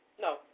No